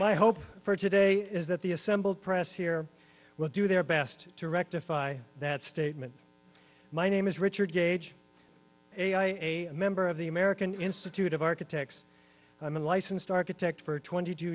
my hope for today is that the assembled press here will do their best to rectify that statement my name is richard gage a i a a member of the american institute of architects i'm a licensed architect for twenty two